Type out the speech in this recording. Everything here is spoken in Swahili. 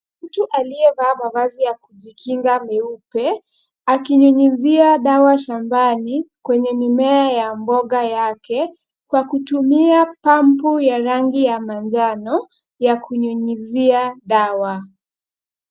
Mtu aliyevaa mavazi ya kujikinga meupe, akinyunyizia dawa shambani kwenye mimea ya mboga yake, kwa kutumia pampu ya rangi ya manjano ya kunyunyizia dawa.